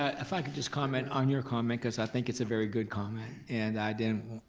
ah if i could just comment on your comment cause i think it's a very good comment. and i didn't,